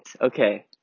okay